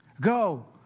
go